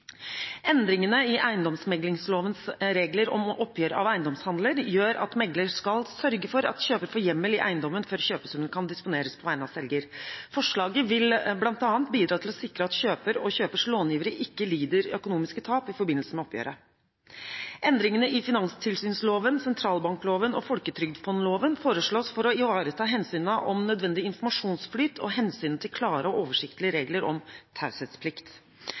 Endringene i eiendomsmeglingslovens regler om oppgjør av eiendomshandler gjør at megler skal sørge for at kjøper får hjemmel i eiendommen før kjøpesummen kan disponeres på vegne av selger. Forslaget vil bl.a. bidra til å sikre at kjøper og kjøpers långivere ikke lider økonomiske tap i forbindelse med oppgjøret. Endringene i finanstilsynsloven, sentralbankloven og folketrygdfondloven foreslås for å ivareta hensynet til nødvendig informasjonsflyt og hensynet til klare og oversiktlige regler om taushetsplikt